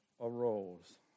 arose